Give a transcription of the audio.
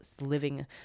living